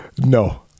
No